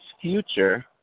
future